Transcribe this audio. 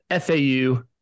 FAU